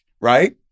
right